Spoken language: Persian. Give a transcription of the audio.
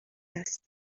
است